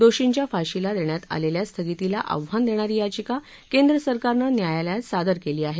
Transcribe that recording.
दोषींच्या फाशीला देण्यात आलेल्या स्थगितीला आव्हान देणारी याचिका केंद्र सरकारने न्यायालयात सादर केली आहे